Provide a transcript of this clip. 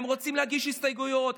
הם רוצים להגיש הסתייגויות,